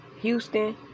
Houston